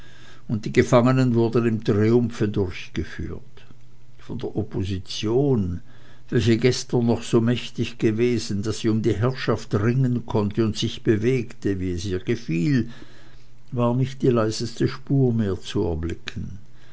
und die gefangenen wurden im triumphe durchgeführt von der opposition welche gestern noch so mächtig gewesen daß sie um die herrschaft ringen konnte und sich bewegte wie es ihr gefiel war nicht die leiseste spur mehr zu erblicken